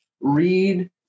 read